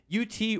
UT